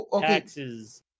Taxes